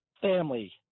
Family